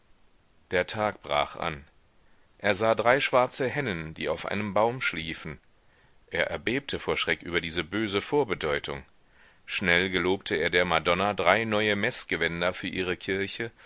der tag brach an er sah drei schwarze hennen die auf einem baum schliefen er erbebte vor schreck über diese böse vorbedeutung schnell gelobte er der madonna drei neue meßgewänder für ihre kirche